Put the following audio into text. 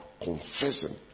confessing